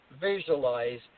visualize